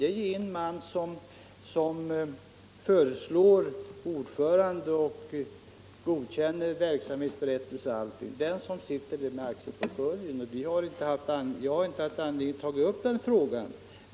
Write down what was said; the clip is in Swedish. Det är en enda man som väljer ordförande, godkänner verksamhetsberättelsen etc., nämligen den som har aktieportföljen. Vi har inte haft anledning att ta upp frågan om en sammanslagning.